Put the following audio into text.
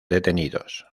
detenidos